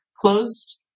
closed